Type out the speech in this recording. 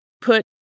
put